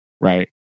right